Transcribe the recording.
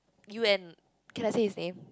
you and can I say his name